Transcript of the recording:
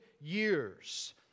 years